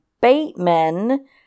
Bateman